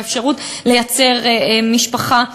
באפשרות ליצור משפחה,